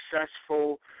successful